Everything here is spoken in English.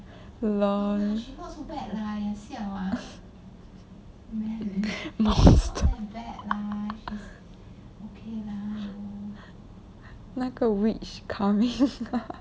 LOL monster 那个 witch coming